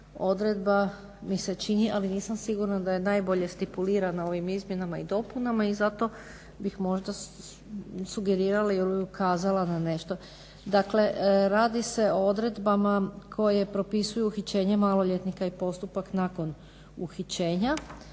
odredba mi se čini, ali nisam sigurna da je najbolje stipulirana ovim izmjenama i dopunama i zato bih možda sugerirala ili ukazala na nešto. Dakle, radi se o odredbama koje propisuju uhićenje maloljetnika i postupak nakon uhićenja.